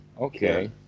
Okay